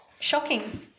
shocking